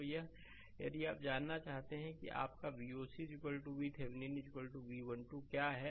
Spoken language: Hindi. अब यदि आप यह जानना चाहते हैं कि आपकाVoc VThevenin V 1 2 क्या है